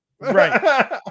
right